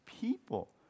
people